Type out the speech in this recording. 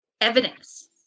evidence